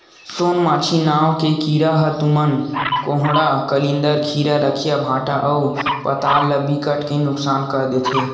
सोन मांछी नांव के कीरा ह तुमा, कोहड़ा, कलिंदर, खीरा, रखिया, भांटा अउ पताल ल बिकट के नुकसान कर देथे